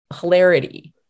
hilarity